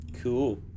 Cool